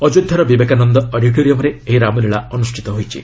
ଅଯୋଧ୍ୟାର ବିବେକାନନ୍ଦ ଅଡିଟୋରିୟମ୍ରେ ଏହି ରାମଲୀଳା ଅନୁଷ୍ଠିତ ହୋଇଛି